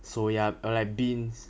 soya or like beans